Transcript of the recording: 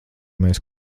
mēs